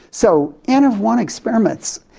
so, n of one experiments,